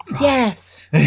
Yes